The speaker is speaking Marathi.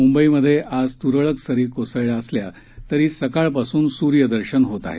मुंबईत आज तुरळक सरी कोसळल्या असल्यातरी सकाळपासून सुर्यदर्शन होत आहे